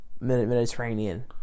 Mediterranean